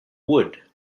wood